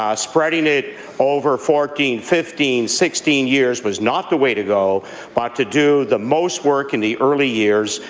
um spreading it over fourteen, fifteen, sixteen years was not the way to go but to do the most work in the early years,